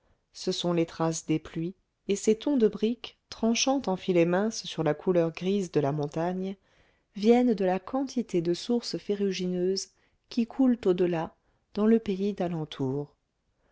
ce sont les traces des pluies et ces tons de brique tranchant en filets minces sur la couleur grise de la montagne viennent de la quantité de sources ferrugineuses qui coulent au delà dans le pays d'alentour